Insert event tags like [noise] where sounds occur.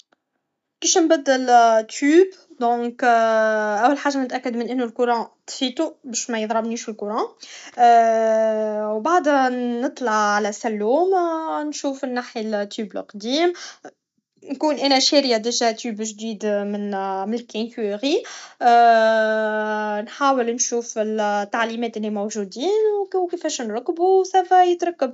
كيفش نبدل التيب دونك [hesitation] اول حاجه نتاكد من انو لكورون طفبتو باش ميضربنيش لكورون [hesitation] و بعدها نطلع على السلوم [hesitation] نشوف نحي تيب لقديم نكون انا شاريه ديجا تيب جدبد من لكانكيغي [hesitation] نحاول نشوف التعليمات لي موجودين و كفاش نركبو و سافا يركب